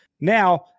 Now